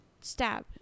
stab